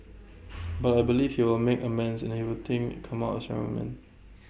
but I believe he will make amends and I think come out A stronger man